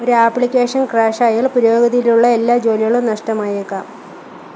ഒരാപ്ലിക്കേഷൻ ക്രാഷായാൽ പുരോഗതിയിലുള്ള എല്ലാ ജോലികളും നഷ്ടമായേക്കാം